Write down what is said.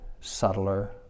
subtler